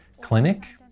Clinic